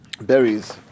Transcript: berries